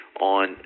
on